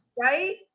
Right